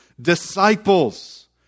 Disciples